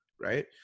Right